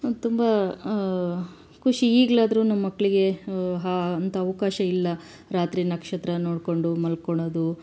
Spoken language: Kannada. ತುಂಬ ಖುಷಿ ಈಗಲಾದ್ರೂ ನಮ್ಮ ಮಕ್ಕಳಿಗೆ ಹ ಅಂತ ಅವಕಾಶ ಇಲ್ಲ ರಾತ್ರಿ ನಕ್ಷತ್ರ ನೋಡಿಕೊಂಡು ಮಲ್ಕೊಳೋದು